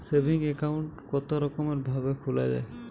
Saving account কতরকম ভাবে খোলা য়ায়?